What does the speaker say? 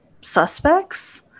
suspects